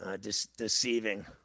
Deceiving